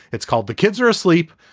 it's called the kids are asleep.